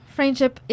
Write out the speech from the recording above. Friendship